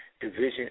Division